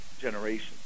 generation